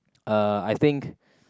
uh I think